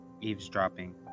eavesdropping